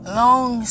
long